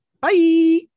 bye